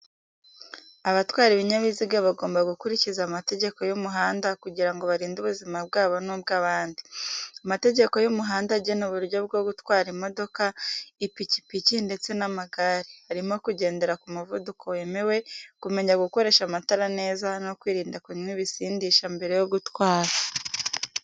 Abatwara ibinyabiziga bagomba gukurikiza amategeko y'umuhanda kugira ngo barinde ubuzima bwabo n'ubw'abandi. Amategeko y'umuhanda agena uburyo bwo gutwara imodoka, ipikipiki ndetse n'amagare. Harimo kugendera ku muvuduko wemewe, kumenya gukoresha amatara neza, no kwirinda kunywa ibisindisha mbere yo gutwara.